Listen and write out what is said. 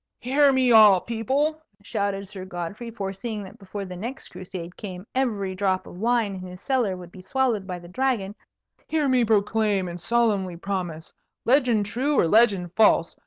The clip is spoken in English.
hear me, all people! shouted sir godfrey, foreseeing that before the next crusade came every drop of wine in his cellar would be swallowed by the dragon hear me proclaim and solemnly promise legend true or legend false,